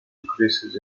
decreases